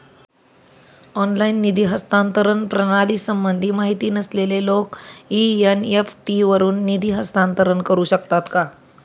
Online निधी हस्तांतरण प्रणालीसंबंधी माहिती नसलेले लोक एन.इ.एफ.टी वरून निधी हस्तांतरण करू शकतात का?